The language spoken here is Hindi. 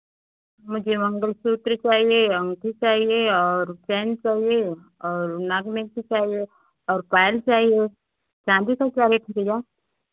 मुझे मंगलसूत्र चाहिए अंगूठी चाहिए और चैन चाहिए और नाक में के चाहिए और पायल चाहिए चाँदी का क्या रेट है भैया